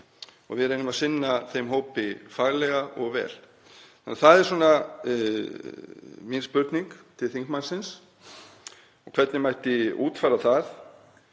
og við reynum að sinna þeim hópi faglega og vel. Það er svona mín spurning til þingmannsins, hvernig mætti útfæra það